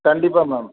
கண்டிப்பாக மேம்